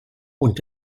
und